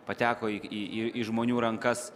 pateko į į žmonių rankas